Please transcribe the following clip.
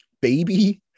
baby